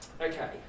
Okay